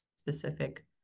specific